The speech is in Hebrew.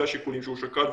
זה השיקולים שהוא שקל,